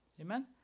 Amen